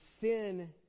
sin